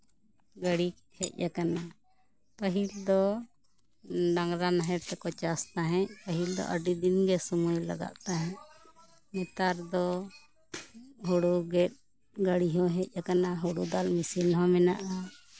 ᱜᱟᱹᱰᱤ ᱦᱮᱡ ᱟᱠᱟᱱᱟ ᱯᱟᱹᱦᱤᱞ ᱫᱚ ᱰᱟᱝᱨᱟ ᱱᱟᱦᱮᱞ ᱛᱮᱠᱚ ᱪᱟᱥ ᱛᱟᱦᱮᱸᱜ ᱯᱟᱹᱦᱤᱞ ᱫᱚ ᱟᱹᱰᱤ ᱫᱤᱱᱜᱮ ᱥᱚᱢᱚᱭ ᱞᱟᱜᱟᱜ ᱛᱟᱦᱮᱸᱜ ᱱᱮᱛᱟᱨ ᱫᱚ ᱦᱳᱲᱳ ᱜᱮᱛ ᱜᱟᱹᱰᱤ ᱦᱚᱸ ᱦᱮᱡ ᱟᱠᱟᱱᱟ ᱦᱳᱲᱳ ᱫᱟᱞ ᱢᱮᱥᱤᱱ ᱦᱚᱸ ᱢᱮᱱᱟᱜᱼᱟ